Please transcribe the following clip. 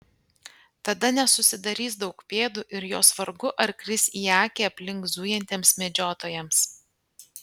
tada nesusidarys daug pėdų ir jos vargu ar kris į akį aplink zujantiems medžiotojams